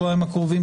שבועיים הקרובים,